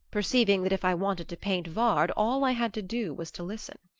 perceiving that if i wanted to paint vard all i had to do was to listen.